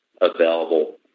available